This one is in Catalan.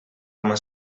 coma